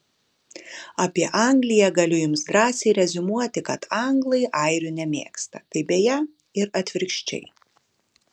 apie angliją galiu jums drąsiai reziumuoti kad anglai airių nemėgsta kaip beje ir atvirkščiai